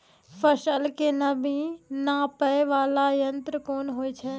फसल के नमी नापैय वाला यंत्र कोन होय छै